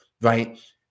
right